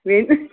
ವೇದಾ